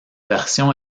version